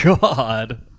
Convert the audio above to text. God